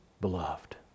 beloved